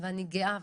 ואני גאה,